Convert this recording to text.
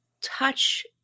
touch